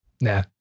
Nah